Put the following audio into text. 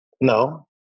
no